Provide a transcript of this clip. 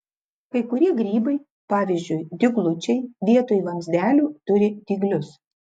kai kurie grybai pavyzdžiui dyglučiai vietoj vamzdelių turi dyglius